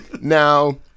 Now